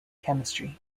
chemistry